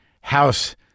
house